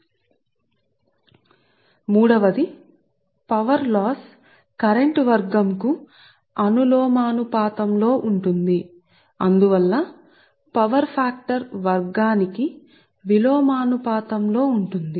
సరే సంఖ్య 3 అంటే పవర్ లాస్ కరెంట్ కి వర్గం అనులోమానుపాతం లో ఉంటుంది మరియు అందువల్ల పవర్ ఫాక్టర్ యొక్క వర్షానికి విలోమానుపాతం లో ఉంటుంది